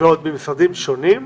ועוד ממשרדים שונים,